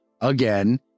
again